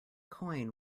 coin